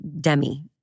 Demi